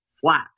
flat